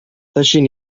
teixint